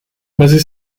mezi